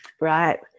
right